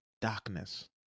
darkness